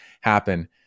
happen